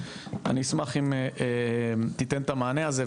אני אשמח אם תיתן את המענה הזה,